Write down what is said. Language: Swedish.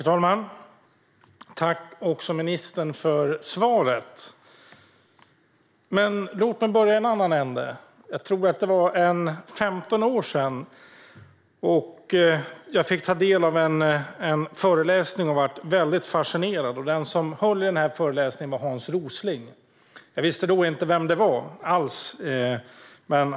Herr talman! Jag tackar ministern för svaret. Men låt mig börja i en annan ände. Jag tror att det var ca 15 år sedan jag fick ta del av en föreläsning som gjorde mig väldigt fascinerad. Den som höll i föreläsningen var Hans Rosling. Jag visste då inte alls vem det var.